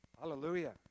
Hallelujah